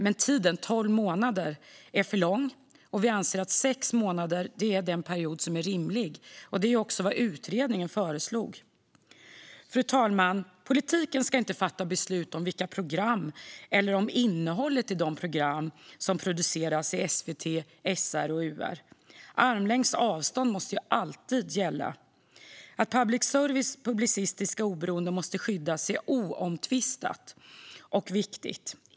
Men tiden tolv månader är för lång, och vi anser att sex månader är den period som är rimlig. Det var också det som utredningen föreslog. Fru talman! Politiken ska inte fatta beslut om vilka program som ska produceras i SVT, SR och UR och inte heller om innehållet i programmen. Armlängds avstånd måste alltid gälla. Att public services publicistiska oberoende måste skyddas är oomtvistat och viktigt.